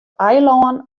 eilân